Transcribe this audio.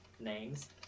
Names